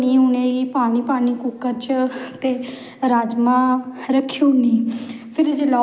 भिरी लोग कोई चौल देआ दा कोईआटा देआ दा कोई बाजरा देआ दा